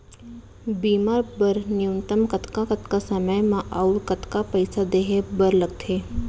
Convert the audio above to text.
बीमा बर न्यूनतम कतका कतका समय मा अऊ कतका पइसा देहे बर लगथे